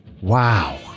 Wow